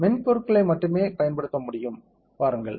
மென்பொருட்களை மட்டுமே பயன்படுத்த முடியும் பாருங்கள்